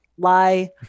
Lie